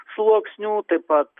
sluoksnių taip pat